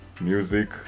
music